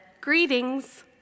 greetings